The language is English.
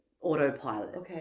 autopilot